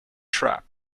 trap